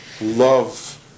love